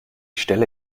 stelle